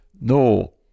No